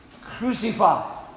crucified